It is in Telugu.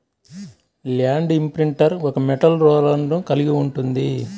ల్యాండ్ ఇంప్రింటర్ ఒక మెటల్ రోలర్ను కలిగి ఉంటుంది